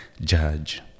judge